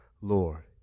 Lord